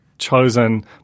chosen